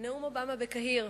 הכנסת, נאום אובמה בקהיר,